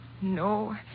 No